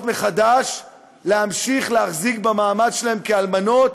מחדש להמשיך להחזיק במעמד שלהן כאלמנות,